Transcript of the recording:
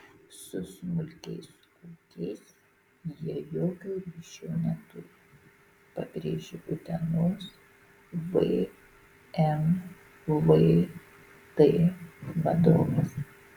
su smulkiais ūkiais jie jokio ryšio neturi pabrėžė utenos vmvt vadovas